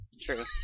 True